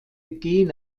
gene